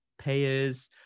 payers